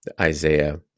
Isaiah